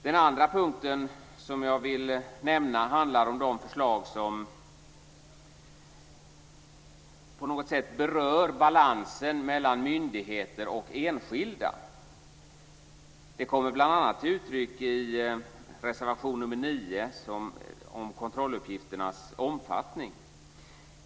Den andra punkten jag vill nämna handlar om de förslag som på något sätt berör balansen mellan myndigheter och enskilda. Det kommer bl.a. till uttryck i reservation nr 9 om kontrolluppgifternas omfattning.